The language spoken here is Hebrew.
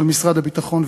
של משרד הביטחון,